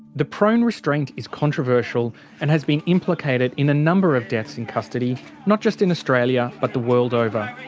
the prone restraint is controversial and has been implicated in a number of deaths in custody not just in australia but the world over.